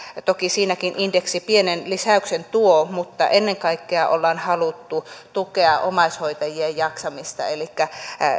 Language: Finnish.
toki siinäkin indeksi pienen lisäyksen tuo mutta ennen kaikkea ollaan haluttu tukea omaishoitajien jaksamista elikkä